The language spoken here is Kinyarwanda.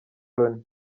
loni